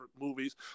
movies